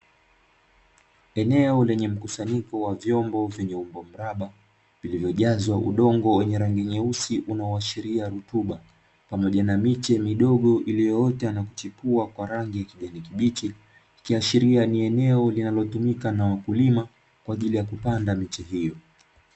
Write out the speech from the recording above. Eneo lenye mkusanyiko wa vyombo vyenye umbo mraba, vilivyojazwa udongo wenye rangi nyeusi unaoashiria rutuba, pamoja na miche midogo iliyoota na kuchipua kwa rangi ya kijani kibichi, ikiashiria ni eneo linalotumika na wakulima, kwa ajili ya kupanda miche hiyo.